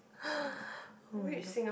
[oh]-my-god